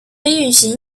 运行